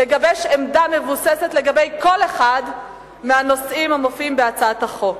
לגבש עמדה מבוססת לגבי כל אחד מהנושאים המופיעים בהצעת החוק.